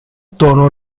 tono